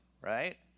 right